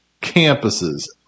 campuses